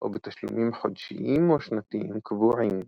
או בתשלומים חודשיים או שנתיים קבועים.